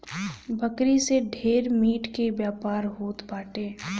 बकरी से ढेर मीट के व्यापार होत बाटे